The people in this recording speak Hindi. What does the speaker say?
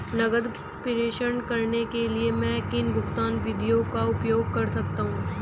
नकद प्रेषण करने के लिए मैं किन भुगतान विधियों का उपयोग कर सकता हूँ?